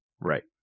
Right